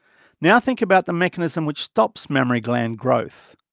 now think about the mechanism which stops mammary gland growth.